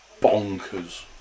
bonkers